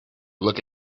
look